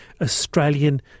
Australian